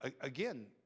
again